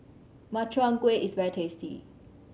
Makchang Gui is very tasty